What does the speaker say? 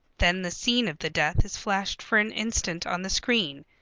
then the scene of the death is flashed for an instant on the screen,